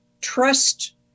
trust